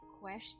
question